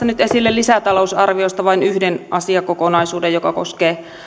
nyt esille lisäta lousarviosta vain yhden asiakokonaisuuden joka koskee